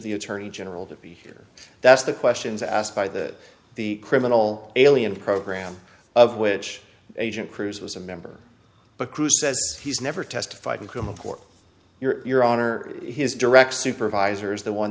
the attorney general to be here that's the questions asked by the the criminal alien program of which agent cruz was a member but cruz says he's never testified in criminal court your your honor his direct supervisor is the one